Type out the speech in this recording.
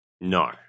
No